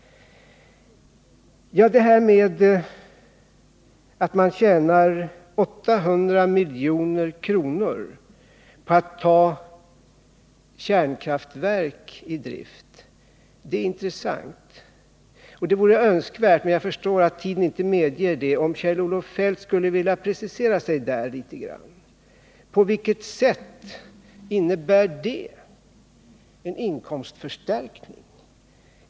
Påståendet att man skulle kunna tjäna 800 miljoner på att ta kärnkraftverk i drift var intressant. Men det vore önskvärt — fastän jag förstår att tiden inte medger det — att Kjell-Olof Feldt preciserade sig litet i det avseendet. På vilket sätt innebär en sådan åtgärd en inkomstförstärkning?